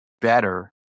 better